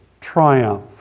triumph